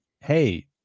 hey